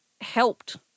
helped